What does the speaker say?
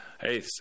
hey